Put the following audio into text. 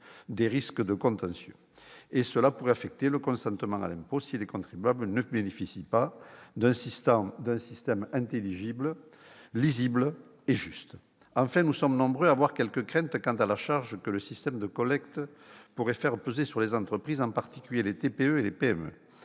un risque de contentieux, ce qui pourrait affecter le consentement à l'impôt, si les contribuables ne bénéficient pas d'un système intelligible, lisible et juste. Enfin, nous sommes nombreux à avoir quelques craintes s'agissant de la charge que le système de collecte pourrait faire peser sur les entreprises, en particulier les TPE et les PME.